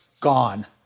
gone